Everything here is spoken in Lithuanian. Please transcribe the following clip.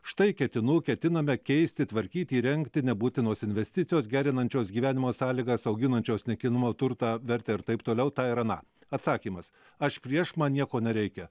štai ketinu ketiname keisti tvarkyti įrengti nebūtinos investicijos gerinančios gyvenimo sąlygas auginančios nekinamo turtą vertę ir taip toliau tą ir aną atsakymas aš prieš man nieko nereikia